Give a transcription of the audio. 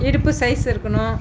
இடுப்பு சைஸ் இருக்கணும்